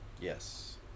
yes